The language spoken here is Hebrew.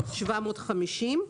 750 שקלים.